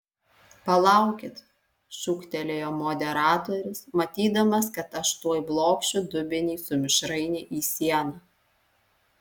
palaukit šūktelėjo moderatorius matydamas kad aš tuoj blokšiu dubenį su mišraine į sieną